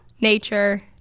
nature